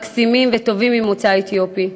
מקסימים וטובים ממוצא אתיופי.